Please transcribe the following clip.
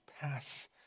pass